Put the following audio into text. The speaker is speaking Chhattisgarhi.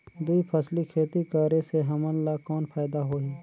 दुई फसली खेती करे से हमन ला कौन फायदा होही?